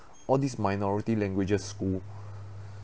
all this minority languages school